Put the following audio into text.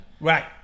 Right